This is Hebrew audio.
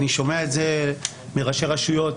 ואני שומע את זה מראשי רשויות.